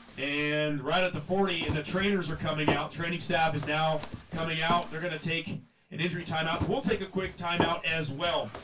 and right at the forty and the trainer's are coming out training staff is now coming out. they're gonna take an injury timeout we'll take a quick timeout as well.